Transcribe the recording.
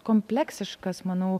kompleksiškas manau